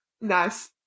Nice